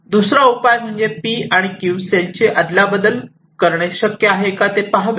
दुसरा उपाय म्हणजे 'p' आणि 'q' सेलची अदलाबदल करणे शक्य आहे का ते ते पहावे